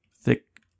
thick